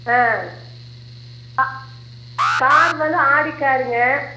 ஆ ஆ கார் வந்து ஆடி காருங்க